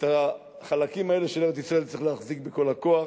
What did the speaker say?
את החלקים האלה של ארץ-ישראל צריך להחזיק בכל הכוח.